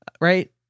right